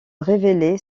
révéler